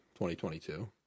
2022